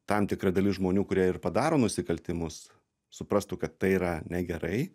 tam tikra dalis žmonių kurie ir padaro nusikaltimus suprastų kad tai yra negerai